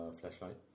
flashlight